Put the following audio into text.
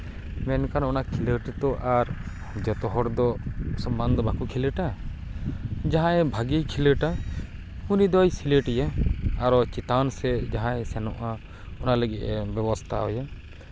ᱢᱮᱱᱠᱷᱟᱱ ᱚᱱᱟ ᱠᱷᱮᱞᱳᱰ ᱫᱚ ᱟᱨ ᱡᱚᱛᱚ ᱦᱚᱲ ᱫᱚ ᱥᱚᱢᱟᱱ ᱫᱚ ᱵᱟᱠᱚ ᱠᱷᱮᱞᱳᱰᱟ ᱡᱟᱦᱟᱸᱭ ᱵᱷᱟᱜᱮᱭ ᱠᱷᱮᱞᱳᱰᱟ ᱩᱱᱤ ᱫᱚᱭ ᱥᱤᱞᱮᱠᱴ ᱮᱭᱟ ᱟᱨᱚ ᱪᱮᱛᱟᱱ ᱥᱮᱫ ᱡᱟᱦᱟᱸᱭ ᱥᱮᱱᱚᱜᱼᱟ ᱚᱱᱟ ᱞᱟᱹᱜᱤᱫ ᱮ ᱵᱮᱵᱚᱥᱛᱷᱟᱣᱭᱟ